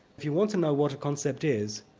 if you want to know what a concept is,